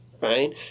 right